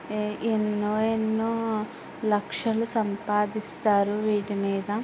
ఎన్నో ఎన్నో లక్షలు సంపాదిస్తారు వీటి మీద